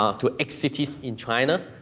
ah to x cities in china,